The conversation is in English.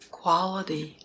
quality